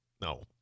No